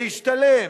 להשתלם,